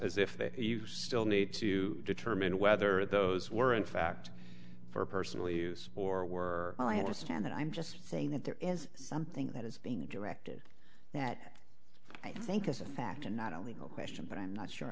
as if you still need to determine whether those were in fact for personal use or were i understand that i'm just saying that there is something that is being directed that i think is a fact and not a legal question but i'm not sure